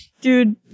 Dude